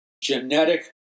genetic